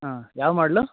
ಹಾಂ ಯಾವ ಮಾಡ್ಲು